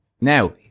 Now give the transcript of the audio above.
Now